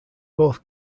both